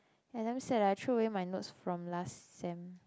I damn sad that I throw my notes from last sem